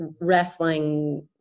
wrestling